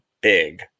big